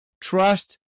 Trust